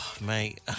mate